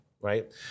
right